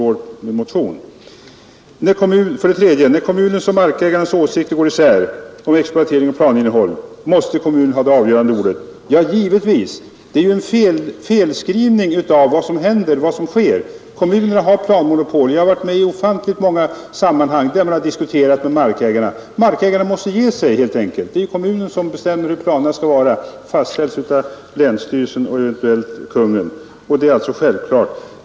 För det tredje måste kommunen ha det avgörande ordet när kommunens och markägarens åsikter går isär om expropriationens planinnehåll. Ja, givetvis. Här föreligger en felaktig beskrivning av vad som sker. Kommunerna har planmonopol. Jag har varit med i ofantligt många sammanhang där man har diskuterat med markägarna. De måste ge sig helt enkelt. Det blir kommunen som bestämmer hur planerna skall vara. Dessa fastställs av länsstyrelsen och eventuellt av Kungl. Maj:t. Detta är alltså självklart.